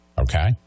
okay